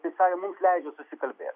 visai mums leidžia susikalbėt